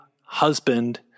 husband